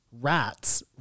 rats